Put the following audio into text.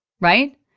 right